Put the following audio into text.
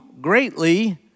greatly